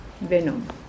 venom